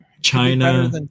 china